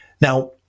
Now